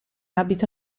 abito